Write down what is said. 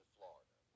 Florida